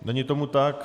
Není tomu tak.